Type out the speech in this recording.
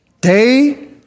Day